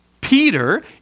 Peter